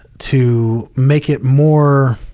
to make it more,